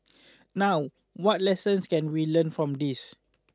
now what lessons can we learn from this